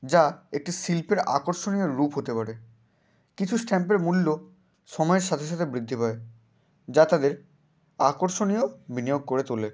যা একটি শিল্পের আকর্ষণীয় রূপ হতে পারে কিছু স্ট্যাম্পের মূল্য সময়ের সাথে সাথে বৃদ্ধি পায় যা তাদের আকর্ষণীয় বিনিয়োগ করে তোলে